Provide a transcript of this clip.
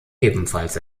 ebenfalls